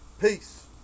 Peace